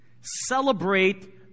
celebrate